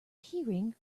keyring